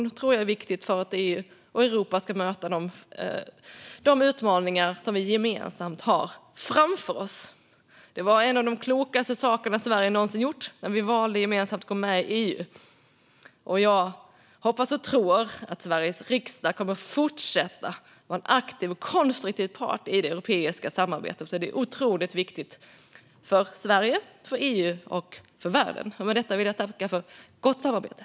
Det tror jag är viktigt för att EU och Europa ska möta de utmaningar som vi gemensamt har framför oss. Det var en av de klokaste sakerna Sverige någonsin gjort när vi gemensamt valde att gå med i EU. Jag hoppas och tror att Sveriges riksdag kommer att fortsätta vara en aktiv och konstruktiv part i det europeiska samarbetet, för det är otroligt viktigt för Sverige, för EU och för världen. Med detta vill jag tacka för gott samarbete.